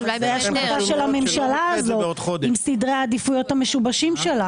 זאת החלטה של הממשלה הזאת עם סדרי העדיפויות המשובשים שלה.